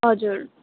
हजुर